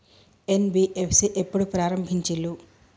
NBFC ఎప్పుడు ప్రారంభించిల్లు?